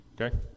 Okay